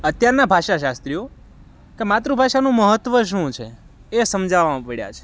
અત્યારના ભાષાશાસ્ત્રીઓ કે માતૃભાષાનું મહત્ત્વ શું છે એ સમજાવવામાં પડ્યા છે